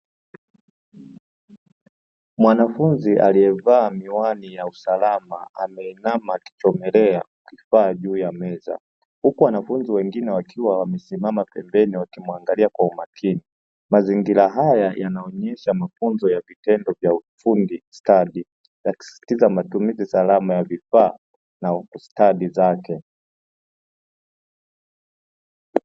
Mwanafunzi aliyevaa miwani ya usalama, ameinama akichomelea juu ya meza, huku wanafunzi wengine wakiwa wamesimama pembeni wakimuangalia kwa umakini. Mazingira haya yanaonyesha mafunzo ya vitendo vya ufundi stadi na matumizi salama ya vifaa na stadi zake.